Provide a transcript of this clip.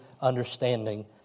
understanding